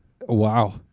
Wow